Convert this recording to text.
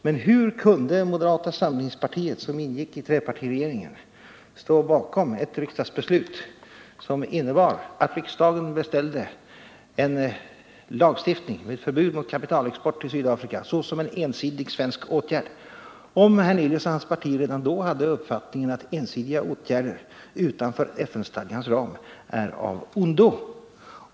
Men hur kunde moderata samlingspartiet, som ingick i trepartiregeringen, stå bakom ett riksdagsbeslut som innebar att riksdagen beställde en lagstiftning innebärande förbud mot kapitalexport till Sydafrika såsom en ensidig svensk åtgärd, om herr Hernelius och hans parti redan då hade uppfattningen att ensidiga åtgärder utanför FN-stadgans ram är av ondo?